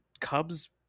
Cubs